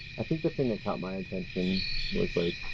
i think the thing that caught my attention was like.